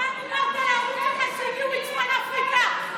אתה דיברת על ההורים שלך שהגיעו מצפון אפריקה,